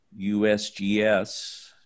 USGS